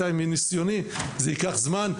איתי, מניסיוני, זה ייקח זמן.